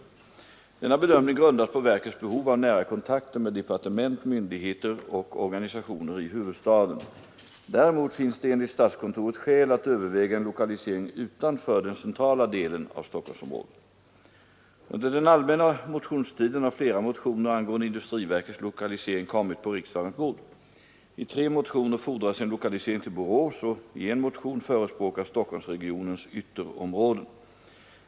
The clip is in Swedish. Denna bedömning grundas på verkets behov av nära kontakter med departement, myndigheter och organisationer i huvudstaden. Däremot finns det enligt statskontoret skäl att överväga en lokalisering utanför den centrala delen av Stockholmsområdet. Under den allmänna motionstiden har flera motioner angående industriverkets lokalisering kommit på riksdagens bord. I tre motioner fordras en lokalisering till Borås och i en motion förespråkas Stockholmsregionens ytterområden.